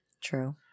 True